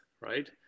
right